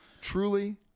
Truly